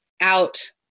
Out